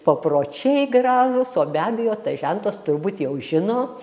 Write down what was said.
papročiai gražūs o be abejo tas žentas turbūt jau žino